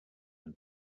jen